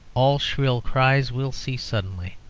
all shrill cries will cease suddenly.